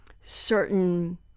certain